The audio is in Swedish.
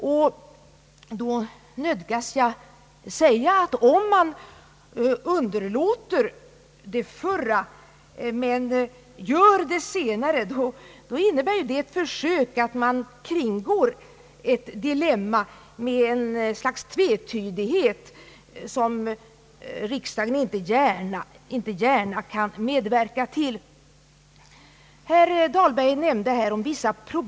Och då nödgas jag säga, att om man underlåter det förra men gör det senare, innebär det ett försök att kringgå ett dilemma med en tvetydighet som riksdagen inte gärna kan medverka till.